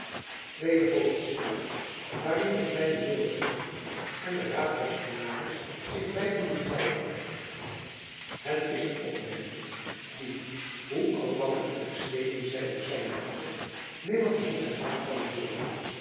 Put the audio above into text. tweede hoofdstuk waarin de kleine joris en de raadpensionaris zich beiden doen gelden het is een opmerking die hoe oudbakken en versleten zy ook zijn moge nimmer genoeg herhaald kan worden